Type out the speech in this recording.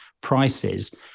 prices